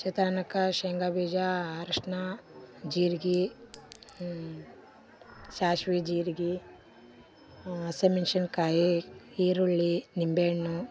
ಚಿತ್ರಾನ್ನಕ್ಕೆ ಶೇಂಗಾ ಬೀಜ ಅರಿಶ್ಣ ಜೀರಿಗೆ ಸಾಸ್ವೆ ಜೀರಿಗೆ ಹಸೆ ಮೆಣ್ಸಿನ ಕಾಯಿ ಈರುಳ್ಳಿ ನಿಂಬೆಹಣ್ಣು